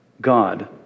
God